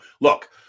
look